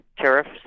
tariffs